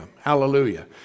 Hallelujah